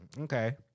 okay